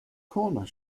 corner